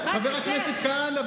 חבר הכנסת כהנא,